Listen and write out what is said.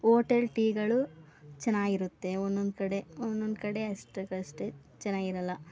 hotel ಟೀಗಳು ಚೆನ್ನಾಗಿರುತ್ತೆ ಒಂದೊಂದು ಕಡೆ ಒಂದೊಂದು ಕಡೆ ಅಷ್ಟಕ್ಕಷ್ಟೆ ಚೆನ್ನಾಗಿರಲ್ಲ